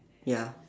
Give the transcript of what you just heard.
ya